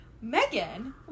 Megan